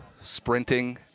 sprinting